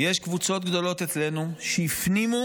יש קבוצות גדולות אצלנו שהפנימו